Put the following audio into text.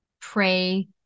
pray